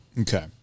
Okay